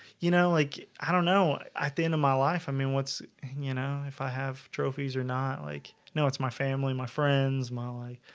you know, like i don't know at the end of my life i mean what's you know if i have trophies or not? like no, it's my family my friends my